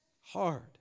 Hard